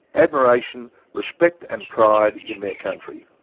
admiration, respect and pride' in their country.